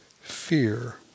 fear